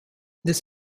this